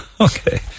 Okay